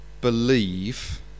believe